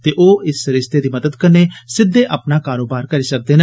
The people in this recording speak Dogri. ते ओ इस सरिस्ते दी मदद कन्ने सिद्दे अपना कारोबार करी सकंगन